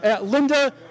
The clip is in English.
Linda